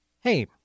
Hey